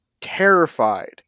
terrified